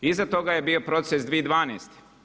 Iza toga je bio proces 2012.